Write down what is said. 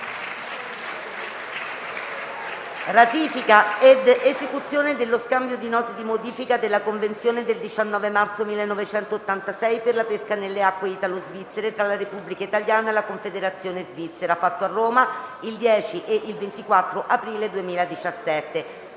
***Ratifica ed esecuzione dello Scambio di note di modifica della Convenzione del 19 marzo 1986 per la pesca nelle acque italo-svizzere tra la Repubblica italiana e la Confederazione svizzera, fatto a Roma il 10 e il 24 aprile 2017***